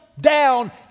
down